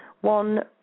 one